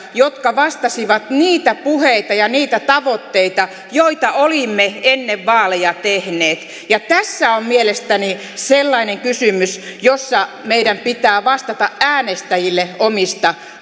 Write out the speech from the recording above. jotka vastasivat niitä puheita ja niitä tavoitteita joita olimme ennen vaaleja tehneet tässä on mielestäni sellainen kysymys jossa meidän pitää vastata äänestäjille omista